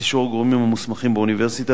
אישור הגורמים המוסמכים באוניברסיטה,